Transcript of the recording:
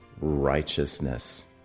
righteousness